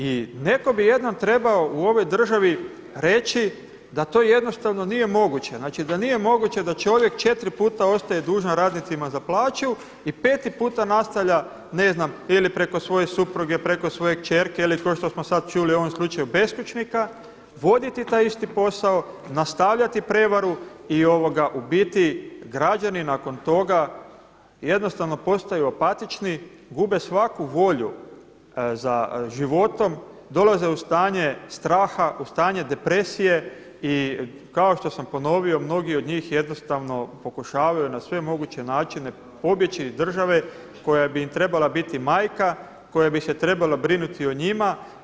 I netko bi jednom trebao u ovoj državi reći da to jednostavno nije moguće, znači da nije moguće da čovjek 4 puta ostaje dužan radnicima za plaću i peti puta nastavlja ne znam ili preko svoje supruge, preko svoje kćerke ili kao što smo čuli u ovom slučaju beskućnika voditi taj isti posao, nastavljati prevaru i u biti građani nakon toga jednostavno postanu apatični, gube svaku volju za životom, dolaze u stanje straha, u stanje depresije i kao što sam ponovio mnogi od njih jednostavno pokušavaju na sve moguće načine pobjeći iz države koja bi im trebala biti majka, koja bi se trebala brinuti o njima.